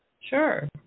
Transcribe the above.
Sure